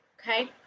okay